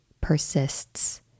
persists